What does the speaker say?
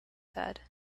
said